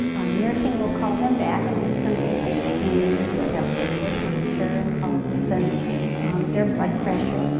um nursing will call them back and do some basic screening so they'll take their temperature and pulse and um their blood pressure.